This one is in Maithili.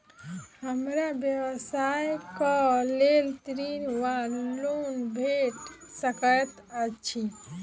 हमरा व्यवसाय कऽ लेल ऋण वा लोन भेट सकैत अछि?